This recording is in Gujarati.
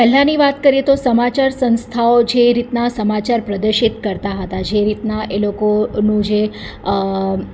પહેલાંની વાત કરીએ તો સમાચાર સંસ્થાઓ જે રીતના સમાચાર પ્રદર્શિત કરતા હતા જે રીતના એ લોકોનું જે